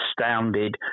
astounded